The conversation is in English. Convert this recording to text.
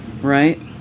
right